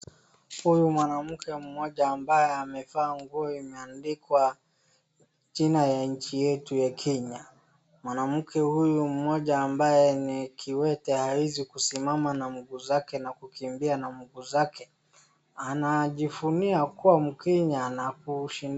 Huyu mwanamke mmoja ambaye amevaa nguo imeandikwa jina ya nchi yetu ya kenya. Mwanamke huyu mmoja ambaye ni kiwete hawezi kusimama na miguu zake na kukimbia na miguu zake anajivunia kuwa mkenya na kushinda,,,